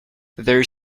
there